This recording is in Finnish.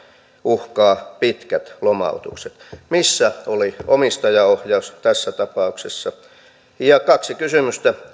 uhkaavat pitkät lomautukset missä oli omistajaohjaus tässä tapauksessa kaksi kysymystä